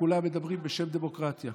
כולם מדברים בשם הדמוקרטיה.